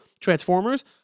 Transformers